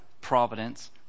providence